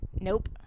nope